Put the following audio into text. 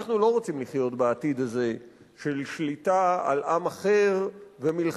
אנחנו לא רוצים לחיות בעתיד הזה של שליטה על עם אחר ומלחמה